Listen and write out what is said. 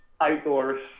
outdoors